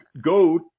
go